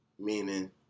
Meaning